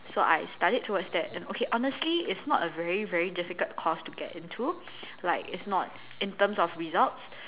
so I studied towards that and okay honestly it's not a very very difficult course to get into like it's not in terms of results